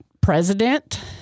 president